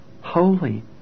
holy